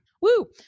Woo